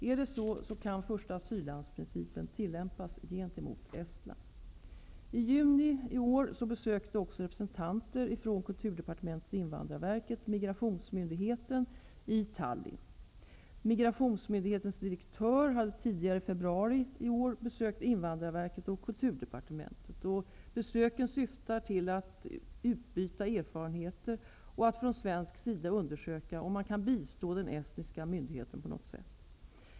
Är det så, kan första asylland-principen tillämpas gentemot I juni i år besökte också representanter för Migrationsmyndighetens direktör hade tidigare i februari i år besökt Invandrarverket och Kulturdepartementet. Besöken syftade till att utbyta erfarenheter och att från svensk sida undersöka om man kan bistå den estniska myndigheten på något sätt.